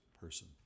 person